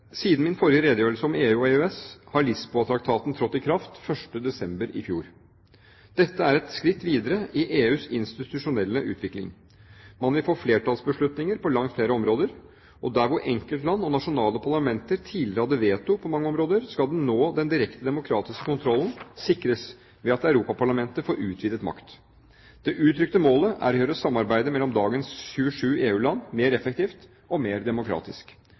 Siden min forrige redegjørelse om EU og EØS har Lisboa-traktaten trådt i kraft. Det skjedde 1. desember i fjor. Dette er et skritt videre i EUs institusjonelle utvikling. Man vil få flertallsbeslutninger på langt flere områder. Der hvor enkeltland og nasjonale parlamenter tidligere hadde veto på mange områder, skal nå den direkte demokratiske kontrollen sikres ved at Europaparlamentet får utvidet makt. Det uttrykte målet er å gjøre samarbeidet mellom dagens 27 EU-land mer effektivt og mer demokratisk.